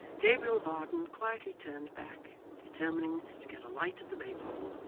gabriel varden quietly turned back, determining to get a light at the maypole,